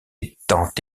étant